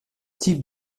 type